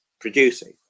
producing